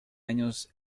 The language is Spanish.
años